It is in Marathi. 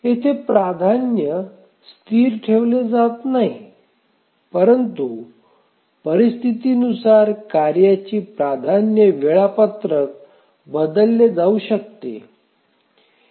येथे प्राधान्य स्थिर ठेवले जात नाही परंतु परिस्थितीनुसार कार्यांची प्राधान्य वेळापत्रक बदलली जाऊ शकते